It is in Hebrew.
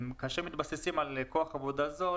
כאשר מתבססים על כוח עבודה זול,